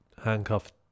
handcuffed